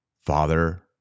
Father